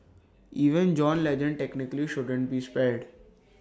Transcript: even John Legend technically shouldn't be spared